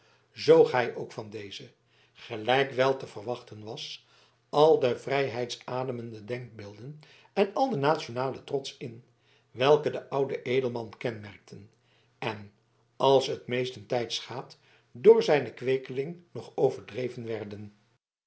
zoog hij ook van dezen gelijk wel te verwachten was al de vrijheidsademende denkbeelden en al den nationalen trots in welke den ouden edelman kenmerkten en als het meestentijds gaat door zijn kweekeling nog overdreven werden